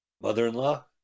Mother-in-law